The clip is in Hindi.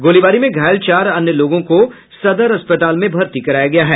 गोलीबारी में घायल चार अन्य लोगों को सदर अस्पताल में भर्ती कराया गया है